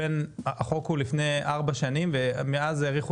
החוק הוא לפני ארבע שנים ומאז האריכו